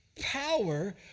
power